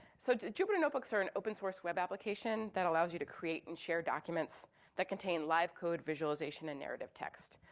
so jupyter notebooks are an open source web application that allows you to create and share documents that contain live code, visualization and narrative text.